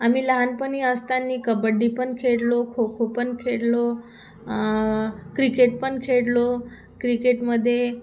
आम्ही लहानपणी असताना कबड्डी पण खेळलो खो खो पण खेळलो क्रिकेट पण खेळलो क्रिकेटमध्ये